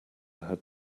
had